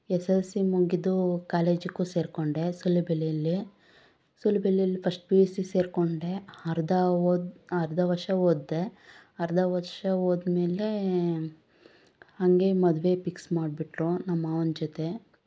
S L C ಮುಗಿದು ಕಾಲೇಜಿಗೂ ಸೇರಿಕೊಂಡೆ ಸುಲಿಬೆಲೆಯಲ್ಲಿ ಸುಲಿಬೆಲೆಯಲ್ಲಿ ಪಸ್ಟ್ ಪಿ ಯು ಸಿ ಸೇರಿಕೊಂಡೆ ಅರ್ಧ ಓದ್ ಅರ್ಧ ವರ್ಷ ಓದ್ದೆ ಅರ್ಧ ವರ್ಷ ಓದ್ಮೇಲೆ ಹಂಗೇ ಮದುವೆ ಪಿಕ್ಸ್ ಮಾಡಿಬಿಟ್ರು ನಮ್ಮ ಮಾವನ ಜೊತೆ